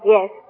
Yes